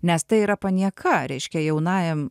nes tai yra panieka reiškia jaunajam